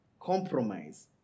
compromise